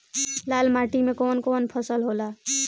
लाल माटी मे कवन कवन फसल होला?